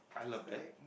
I love that